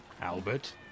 Albert